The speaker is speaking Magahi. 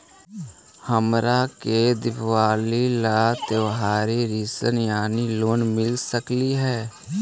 हमरा के दिवाली ला त्योहारी ऋण यानी लोन मिल सकली हे?